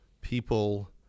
people